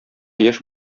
яшь